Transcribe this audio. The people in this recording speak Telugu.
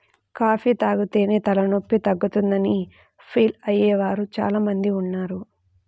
కాఫీ తాగితేనే తలనొప్పి తగ్గుతుందని ఫీల్ అయ్యే వారు చాలా మంది ఉన్నారు